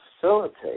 facilitate